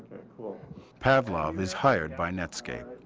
pavlov is hired by netscape.